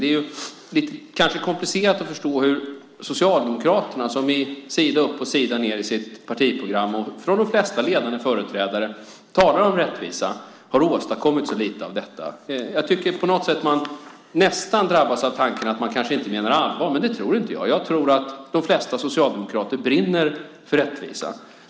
Det är kanske komplicerat att förstå hur Socialdemokraterna, som sida upp och sida ned i sitt partiprogram och från de flesta ledande företrädare talar om rättvisa, har åstadkommit så lite av detta. Jag tycker att man på något sätt nästan drabbas av tanken att man kanske inte menar allvar. Men det tror inte jag. Jag tror att de flesta socialdemokrater brinner för rättvisa.